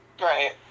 Right